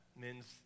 men's